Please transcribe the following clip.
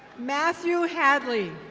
matthew hadley.